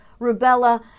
rubella